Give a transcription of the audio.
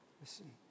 Listen